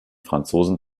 franzosen